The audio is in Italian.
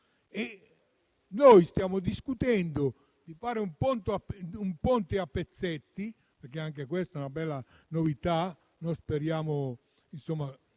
Noi stiamo discutendo di fare un ponte a pezzetti - e anche questa è una bella novità, e noi speriamo